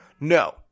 No